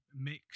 mix